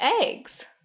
eggs